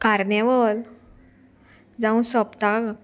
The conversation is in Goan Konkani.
कार्नेवल जावं सोंपताक